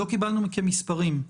לא קיבלנו מכם מספרים.